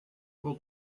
what